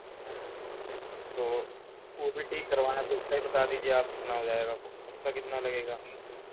ہوں تو وہ بھی ٹھیک کروانا ہے تو اس کا بھی بتا دیجیے آپ کتنا ہو جائے گا اس کا کتنا لگے گا